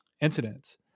incidents